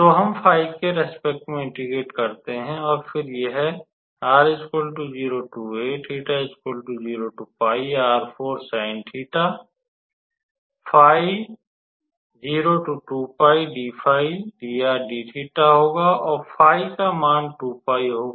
तो हम 𝜑 के प्रति इंटेग्रेट करते हैं और फिर यह होगा और 𝜑 का मान 2𝜋 होगा